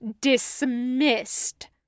Dismissed